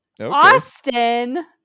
Austin